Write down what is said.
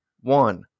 one